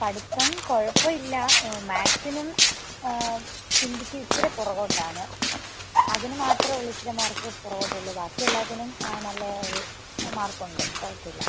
പഠിത്തം കുഴപ്പമില്ല മാത്സിനും ഹിന്ദിക്ക് ഇത്തിരി പുറകോട്ടാണ് അതിന് മാത്രമേ ഉള്ളൂ ഇത്തിരി മാർക്ക് പുറകോട്ട് ഉള്ളൂ ബാക്കി എല്ലാത്തിനും നല്ല ഒരു മാർക്ക് ഉണ്ട് കുഴപ്പമില്ല